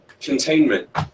containment